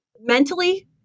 mentally